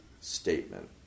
statement